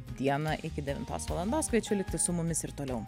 dieną iki devintos valandos kviečiu likti su mumis ir toliau